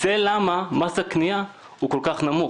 זו הסיבה שמס הקנייה כל כך נמוך,